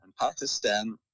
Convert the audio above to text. Pakistan